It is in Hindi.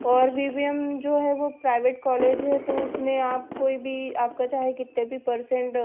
और विवियम जो है वह प्राइवेट कॉलेज है तो उसमें आप कोई भी आपका चाहे कितने भी परसेंट